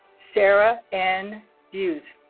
sara anne buse